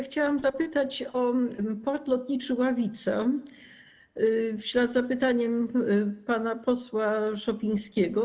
Chciałam zapytać o port lotniczy Ławica, w ślad za pytaniem pana posła Szopińskiego.